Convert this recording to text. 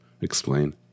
explain